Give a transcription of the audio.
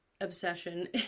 obsession